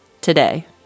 today